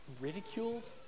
ridiculed